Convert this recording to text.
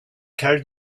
carried